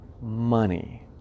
money